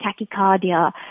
tachycardia